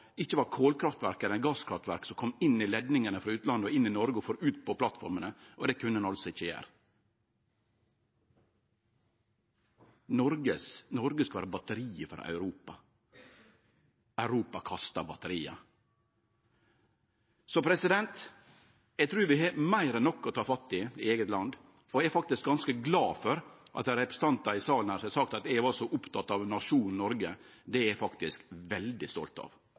kolkraftverk eller gasskraftverk som kom inn i leidningane frå utlandet, inn i Noreg og ut på plattformene, men det kunne ho ikkje gjere. Noreg skal vere batteriet til Europa – og Europa kastar batteria. Eg trur vi har meir enn nok å ta fatt i i vårt eige land, og eg er faktisk ganske glad for at det er representantar her i salen som har sagt at eg er så oppteken av nasjonen Noreg. Det er eg faktisk veldig stolt av.